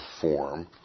form